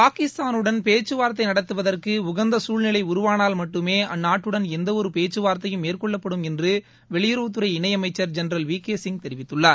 பாகிஸ்தானுடன் பேச்சுவார்த்தை நடத்துவதற்கு உகந்த சூழ்நிலை உருவானால் மட்டுமே அந்நாட்டுடன் எந்தவொரு பேச்சு வார்த்தையும் மேற்கொள்ளப்படும் என்று வெளியுறவுத்துறை இணையமைச்சர் ஜெனரல் வி கே சிங் தெரிவித்துள்ளார்